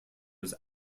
his